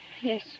yes